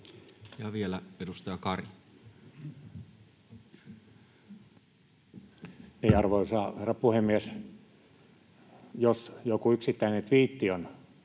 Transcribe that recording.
Ja vielä edustaja Kari. Arvoisa herra puhemies! Jos joku yksittäinen tviitti on